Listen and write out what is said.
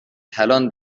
کلان